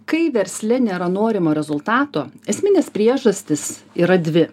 kai versle nėra norimo rezultato esminės priežastys yra dvi